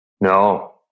No